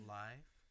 life